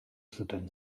zuten